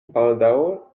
baldaŭ